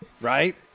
Right